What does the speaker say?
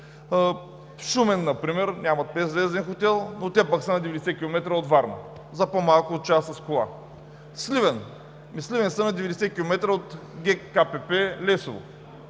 Шумен например няма петзвезден хотел, но те пък са на 90 км от Варна – за по-малко от час с кола. Сливен – те са на 90 км от ГКПП „Лесово“